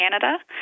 Canada